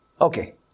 Okay